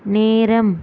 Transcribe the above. நேரம்